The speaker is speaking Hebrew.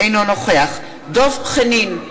אינו נוכח דב חנין,